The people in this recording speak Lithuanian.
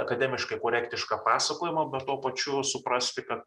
akademiškai korektišką pasakojimą bet tuo pačiu suprasti kad